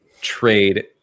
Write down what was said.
trade